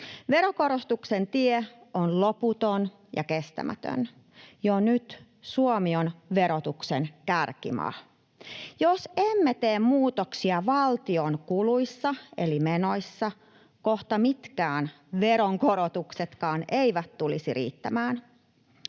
Veronkorotusten tie on loputon ja kestämätön. Jo nyt Suomi on verotuksen kärkimaa. Jos emme tee muutoksia valtion kuluissa eli menoissa, kohta mitkään veronkorotuksetkaan eivät tulisi riittämään.